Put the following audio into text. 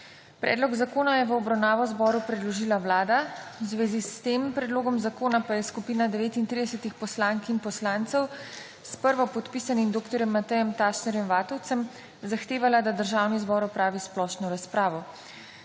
Predlog zakona je v obravnavo Državnemu zboru predložila Vlada. V zvezi s tem predlogom zakona je skupina 39 poslank in poslancev s prvopodpisanim dr. Matejem Tašner Vatovcem zahtevala, da Državni zbor opravi splošno razpravo.